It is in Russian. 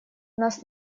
нас